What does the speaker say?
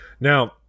Now